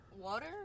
Water